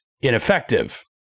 ineffective